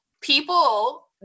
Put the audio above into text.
People